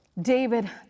David